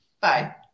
Bye